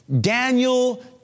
Daniel